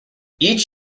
each